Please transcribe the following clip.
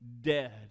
dead